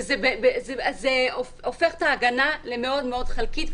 זה הופך את ההגנה למאוד מאוד חלקית.